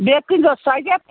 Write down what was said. بیٚیہِ کٕنۍزیٚو سرۅجے